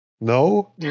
No